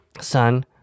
son